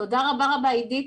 תודה רבה לך עידית,